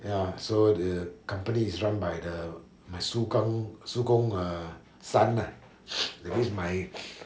ya so the company is run by the my 叔公叔公 err son lah that means my